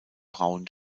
braun